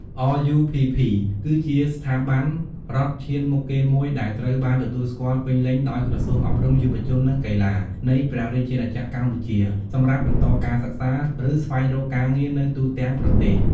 RUPP គឺជាស្ថាប័នរដ្ឋឈានមុខគេមួយដែលត្រូវបានទទួលស្គាល់ពេញលេញដោយ ក្រសួងអប់រំ យុវជន និងកីឡា នៃព្រះរាជាណាចក្រកម្ពុជា សម្រាប់បន្តការសិក្សា ឬស្វែងរកការងារនៅទូទាំងប្រទេស។